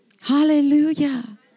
Hallelujah